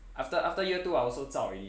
after after year two I also zao already